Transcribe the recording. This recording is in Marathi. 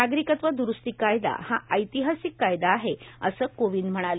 नागरिकत्व द्रुस्ती कायदा हा ऐतिहासिक कायदा आहे असं कोविंद म्हणाले